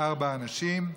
ארבעה אנשים.